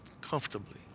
comfortably